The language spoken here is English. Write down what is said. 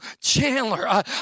Chandler